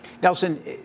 Nelson